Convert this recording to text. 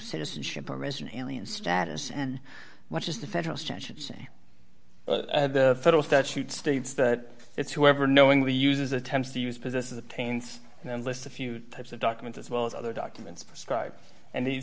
citizenship or resident alien status and what is the federal statutes federal statute states that it's whoever knowingly uses attempts to use possess attains and list a few types of documents as well as other documents describe and they